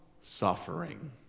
suffering